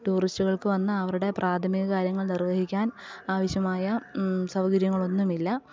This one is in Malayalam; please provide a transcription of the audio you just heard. ടൂറിസ്റ്റുകൾക്ക് വന്ന് അവരുടെ പ്രാഥമിക കാര്യങ്ങൾ നിർവ്വഹിക്കാൻ ആവശ്യമായ സൗകര്യങ്ങൾ ഒന്നുമില്ല